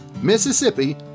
Mississippi